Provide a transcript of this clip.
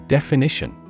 Definition